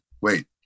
wait